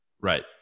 Right